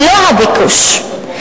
ולא הביקוש,